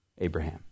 Abraham